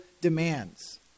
demands